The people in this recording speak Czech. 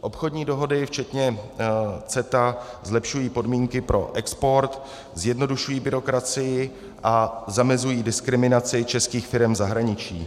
Obchodní dohody včetně CETA zlepšují podmínky pro export, zjednodušují byrokracii a zamezují diskriminaci českých firem v zahraničí.